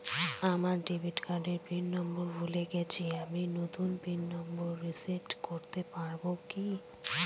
আমার ডেবিট কার্ডের PIN number ভুলে গেছি আমি নূতন পিন নম্বর রিসেট করতে পারবো কি?